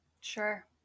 sure